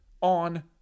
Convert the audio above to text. on